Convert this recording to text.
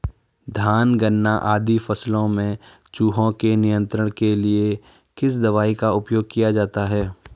धान गन्ना आदि फसलों में चूहों के नियंत्रण के लिए किस दवाई का उपयोग किया जाता है?